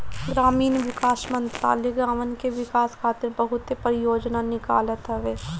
ग्रामीण विकास मंत्रालय गांवन के विकास खातिर बहुते परियोजना निकालत हवे